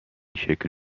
شکل